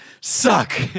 Suck